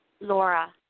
Laura